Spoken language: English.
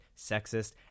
sexist